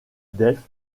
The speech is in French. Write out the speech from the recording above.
delft